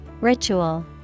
Ritual